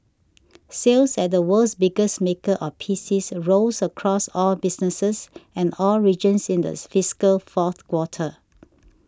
sales at the world's biggest maker of PCs rose across all businesses and all regions in these fiscal fourth quarter